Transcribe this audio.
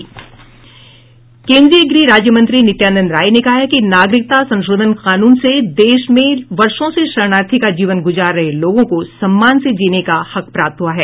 केंद्रीय गृह राज्य मंत्री नित्यानंद राय ने कहा है कि नागरिकता संशोधन कानून से देश में वर्षो से शरणार्थी का जीवन गुजार रहे लोगों को सम्मान से जीने का हक प्राप्त हुआ है